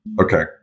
Okay